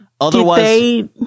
otherwise